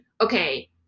okay